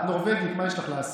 את נורבגית, מה יש לך לעשות?